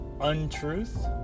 untruth